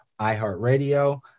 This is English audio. iHeartRadio